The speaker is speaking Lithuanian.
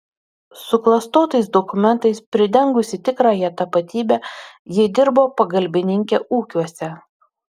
suklastotais dokumentais pridengusi tikrąją tapatybę ji dirbo pagalbininke ūkiuose